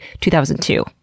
2002